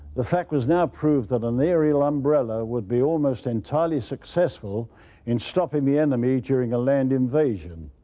the fact was now proved that an aerial umbrella would be almost entirely successful in stopping the enemy during a land invasion.